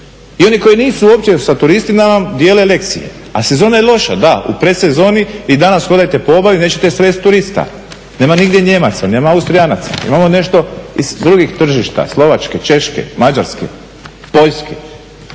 I oni koji nisu uopće sa turistima nam dijele lekcije, a sezona je loša, da u predsezoni i danas hodajte po obali i nećete sresti turista. Nema nigdje Nijemaca, nema Austrijanaca, imamo nešto iz drugih tržišta Slovačke, Češke, Mađarske, Poljske.